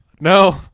No